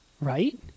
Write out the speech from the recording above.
Right